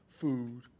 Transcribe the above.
food